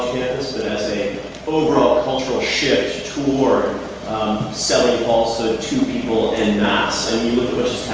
as a overall cultural shift toward selling also to people and not so you